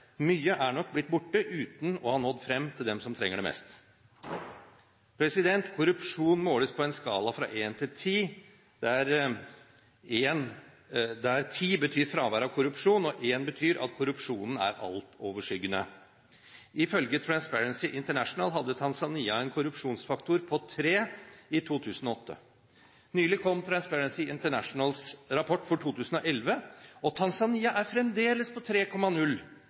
mye er nok blitt borte uten å nå frem til dem som trenger det mest. Korrupsjon måles på en skala fra 1 til 10, der 10 betyr fravær av korrupsjon og 1 betyr at korrupsjonen er altoverskyggende. Ifølge Transparency International hadde Tanzania en korrupsjonsfaktor på 3 i 2008. Nylig kom Transparency Internationals rapport for 2011, og Tanzania er fremdeles på 3,0.